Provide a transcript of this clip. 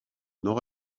nord